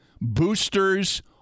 boosters